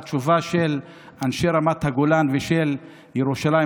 התשובה של אנשי רמת הגולן ושל ירושלים